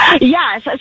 Yes